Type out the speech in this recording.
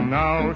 now